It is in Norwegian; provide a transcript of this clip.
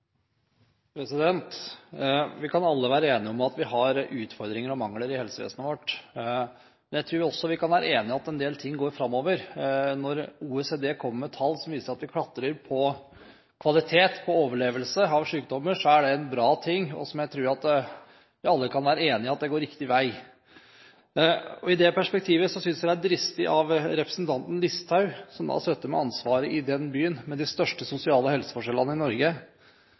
Vi kan alle være enige om at vi har utfordringer og mangler i helsevesenet vårt, men jeg tror også vi kan være enige om at en del ting går framover. Når OECD kommer med tall som viser at vi klatrer når det gjelder både kvalitet og overlevelse av sykdommer, er det en bra ting, og jeg tror vi alle kan være enige om at det går riktig vei. I det perspektivet synes jeg det er dristig av representanten Listhaug – som har sittet med ansvaret i den byen med de største sosiale helseforskjellene i Norge,